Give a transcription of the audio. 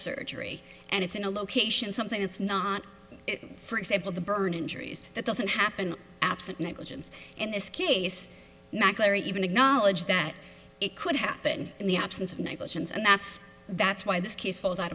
surgery and it's in a location something it's not for example the burn injuries that doesn't happen absent negligence in this case larry even acknowledge that it could happen in the absence of negligence and that's that's why this case falls out